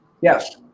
Yes